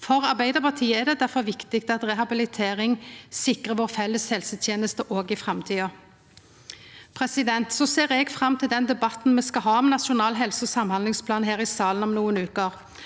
For Arbeidarpartiet er det difor viktig at rehabilitering sikrar vår felles helseteneste òg i framtida. Eg ser fram til den debatten me skal ha om Nasjonal helse- og samhandlingsplan her i salen om nokre veker.